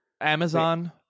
Amazon